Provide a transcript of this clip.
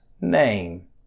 name